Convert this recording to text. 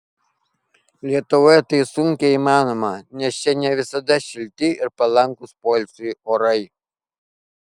lietuvoje tai sunkiai įmanoma nes čia ne visada šilti ir palankūs poilsiui orai